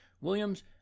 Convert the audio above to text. ...Williams